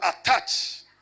attach